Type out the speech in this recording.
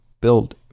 build